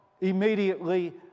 immediately